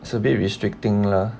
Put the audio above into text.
it's a bit restricting lah